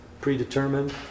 predetermined